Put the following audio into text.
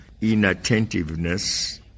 inattentiveness